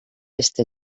este